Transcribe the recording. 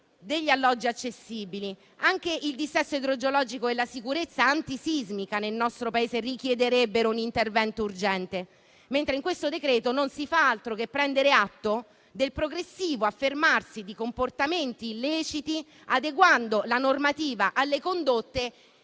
degli alloggi accessibili; anche il dissesto idrogeologico e la sicurezza antisismica nel nostro Paese richiederebbero un intervento urgente, mentre in questo provvedimento non si fa altro che prendere atto del progressivo affermarsi di comportamenti illeciti adeguando la normativa alle condotte